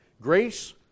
grace